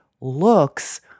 looks